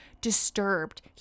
disturbed